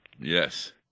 Yes